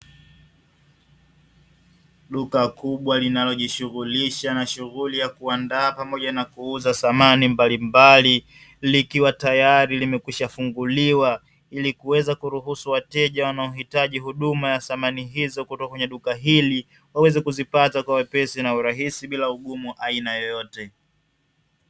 Duka kubwa linalojishughulisha na shughuli ya kuandaa pamoja na kuuza samani mbalimbali, likiwa tayari limekwishafunguliwa, ili kuweza kuruhusu wateja wanaohitaji huduma ya samani hizo kutoka kwenye duka hili, waweze kuzipata kwa wepesi na urahisi bila ugumu wa aina yeyote.